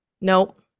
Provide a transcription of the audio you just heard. Nope